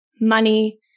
money